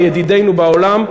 לידידינו בעולם,